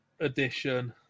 Edition